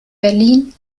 berlin